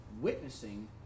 witnessing